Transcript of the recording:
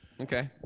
Okay